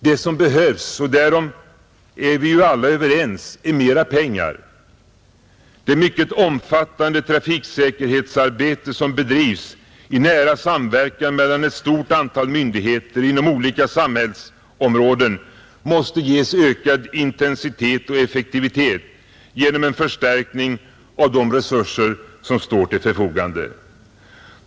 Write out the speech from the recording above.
Det som behövs — och därom är vi ju alla överens — är mera pengar, Det mycket omfattande trafiksäkerhetsarbete som bedrivs i nära samverkan mellan ett stort antal myndigheter inom olika samhällsområden måste ges ökad intensitet och effektivitet genom en förstärkning av de resurser som står till förfogande.